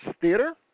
Theater